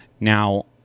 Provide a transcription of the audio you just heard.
Now